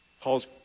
Paul's